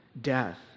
death